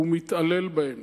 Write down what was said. הוא מתעלל בהם.